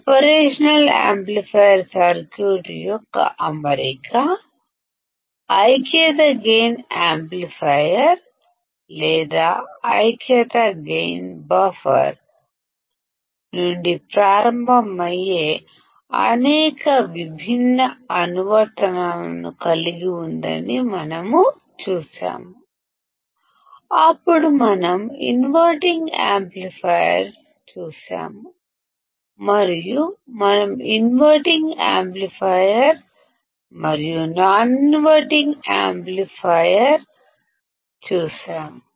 operational amplifier circuit యొక్క అమరిక unity gain amplifier లేదా యూనిటీ గైన్ బఫర్ నుండి మొదలుకొని అనేక విభిన్న అనువర్తనాలను కలిగి ఉందని మనం చూశాము తరువాత మనం ఇన్వర్టింగ్ యాంప్లిఫైయర్ ను చూశాము తరువాత మనం ఇన్వర్టింగ్ యాంప్లిఫైయర్ మరియు నాన్ ఇన్వర్టింగ్ యాంప్లిఫైయర్ చూసాము